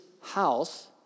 house